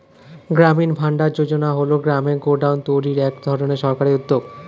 গ্রামীণ ভান্ডার যোজনা হল গ্রামে গোডাউন তৈরির এক ধরনের সরকারি উদ্যোগ